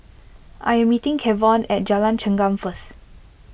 I am meeting Kevon at Jalan Chengam first